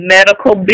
Medical